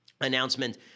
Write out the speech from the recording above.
announcement